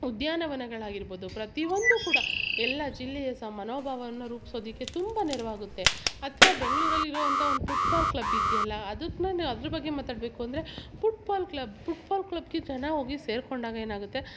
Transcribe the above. ಉದ್ಯಾನವನಗಳಾಗಿರ್ಬೌದು ಪ್ರತಿ ಒಂದು ಕೂಡ ಎಲ್ಲ ಜಿಲ್ಲೆಯ ಸ ಮನೋಭಾವವನ್ನ ರೂಪಿಸೋದಿಕ್ಕೆ ತುಂಬ ನೆರವಾಗುತ್ತೆ ಅಥವ ಬೆಂಗ್ಳೂರಲ್ಲಿರೋವಂಥ ಒಂದು ಪುಟ್ಬಾಲ್ ಕ್ಲಬ್ ಇದೆಯಲ್ಲ ಅದಕ್ಕೆ ನಾನು ಅದ್ರ ಬಗ್ಗೆ ಮಾತಾಡಬೇಕು ಅಂದರೆ ಪುಟ್ಬಾಲ್ ಕ್ಲಬ್ ಪುಟ್ಬಾಲ್ ಕ್ಲಬ್ಗೆ ಜನ ಹೋಗಿ ಸೇರಿಕೊಂಡಾಗ ಏನಾಗುತ್ತೆ